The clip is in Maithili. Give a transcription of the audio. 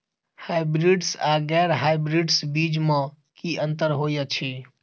हायब्रिडस आ गैर हायब्रिडस बीज म की अंतर होइ अछि?